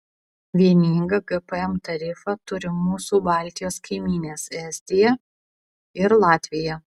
vieningą gpm tarifą turi mūsų baltijos kaimynės estija ir latvija